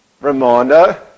reminder